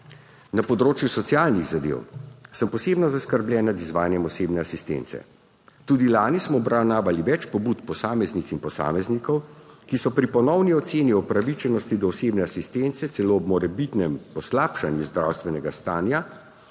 Na področju socialnih zadev sem posebno zaskrbljen nad izvajanjem osebne asistence. Tudi lani smo obravnavali več pobud posameznic in posameznikov, ki so pri ponovni oceni upravičenosti do osebne asistence celo ob morebitnem poslabšanju zdravstvenega stanja